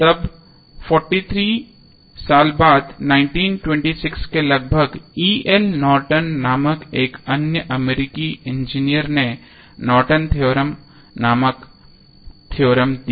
तब 43 साल बाद 1926 के लगभग E L Norton नामक एक अन्य अमेरिकी इंजीनियर ने नॉर्टन थ्योरम Nortons Theorem नामक थ्योरम दिया